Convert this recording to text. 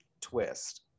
twist